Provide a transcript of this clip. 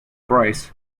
prize